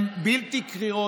הם בלתי קריאים.